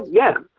yeah.